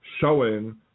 showing